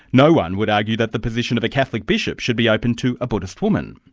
no-one would argue that the position of a catholic bishop should be open to a buddhist woman.